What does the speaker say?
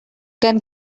can